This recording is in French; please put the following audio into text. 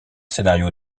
scénario